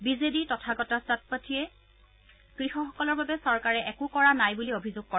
B J D Tathagata চটপাথীয়ে কৃষকসকলৰ বাবে চৰকাৰে একো কৰা নাই বুলি অভিযোগ কৰে